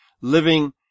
living